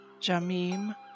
Jamim